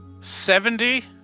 Seventy